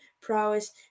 prowess